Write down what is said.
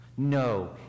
No